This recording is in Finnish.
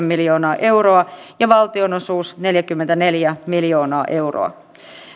miljoonaa euroa ja valtionosuus neljäkymmentäneljä miljoonaa euroa